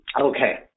Okay